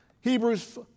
Hebrews